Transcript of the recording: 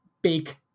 big